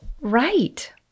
right